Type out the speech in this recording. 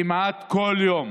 כמעט כל יום,